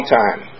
time